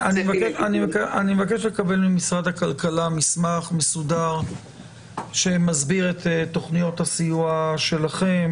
אני מבקש לקבל ממשרד הכלכלה מסמך מסודר שמסביר את תוכניות הסיוע שלכם,